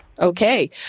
Okay